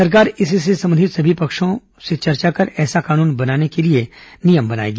सरकार इससे संबंधित सभी पक्षों से चर्चा कर पेसा कानून लागू करने के लिए नियम बनाएगी